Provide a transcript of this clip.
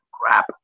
crap